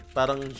parang